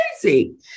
crazy